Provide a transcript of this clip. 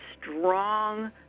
strong